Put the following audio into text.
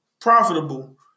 profitable